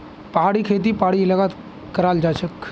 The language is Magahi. पहाड़ी खेती पहाड़ी इलाकात कराल जाछेक